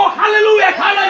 hallelujah